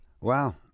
Wow